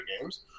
games